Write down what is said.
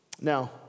Now